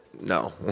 no